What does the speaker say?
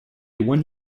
one